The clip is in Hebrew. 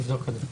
נבדוק את זה.